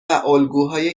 الگوهای